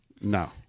no